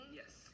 yes